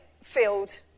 field